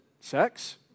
sex